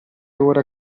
ora